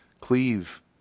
cleave